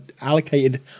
allocated